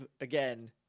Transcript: again